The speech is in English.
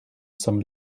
some